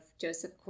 Joseph